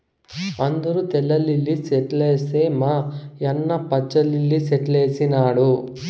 అందరూ తెల్ల లిల్లీ సెట్లేస్తే మా యన్న పచ్చ లిల్లి సెట్లేసినాడు